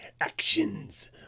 actions